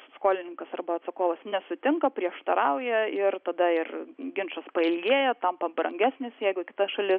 skolininkas arba atsakovas nesutinka prieštarauja ir tada ir ginčas pailgėja tampa brangesnis jeigu kita šalis